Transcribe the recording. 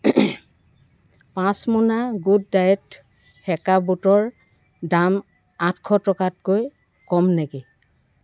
পাঁচ মোনা good diet সেকা বুটৰ দাম আঠশ টকাতকৈ কম নেকি